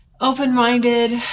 open-minded